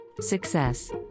Success